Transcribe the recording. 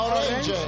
orange